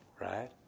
right